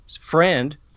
friend